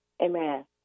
Amen